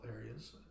areas